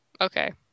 Okay